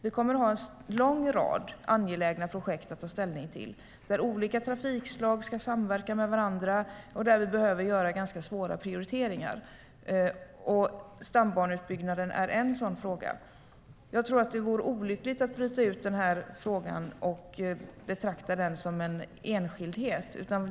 Vi kommer att ha en lång rad angelägna projekt att ta ställning till, där olika trafikslag ska samverka med varandra och där vi behöver göra ganska svåra prioriteringar. Stambaneutbyggnaden är en sådan fråga. Jag tror att det vore olyckligt att bryta ut denna fråga och betrakta den som en enskildhet.